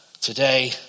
today